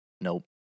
Nope